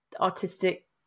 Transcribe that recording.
artistic